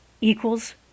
equals